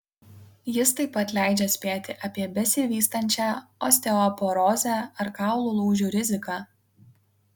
jis taip pat leidžia spėti apie besivystančią osteoporozę ar kaulų lūžių riziką